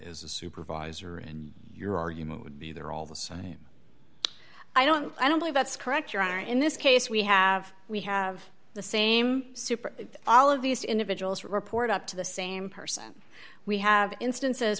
supervisor and your argument would be there all the same i don't i don't believe that's correct your honor in this case we have we have the same all of these individuals report up to the same person we have instances